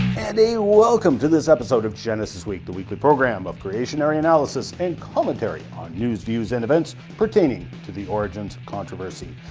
and a welcome to this episode of genesis week, the weekly program of creationary analysis and commentary on news, views and events pertaining to the origins controversy.